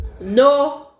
no